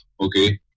Okay